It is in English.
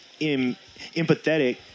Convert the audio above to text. empathetic